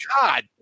God